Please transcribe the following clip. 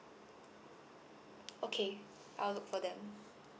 okay I'll look for them